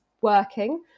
working